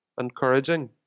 encouraging